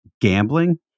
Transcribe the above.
gambling